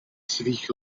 svých